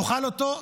תאכל אותה,